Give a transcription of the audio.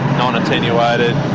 non-attenuated,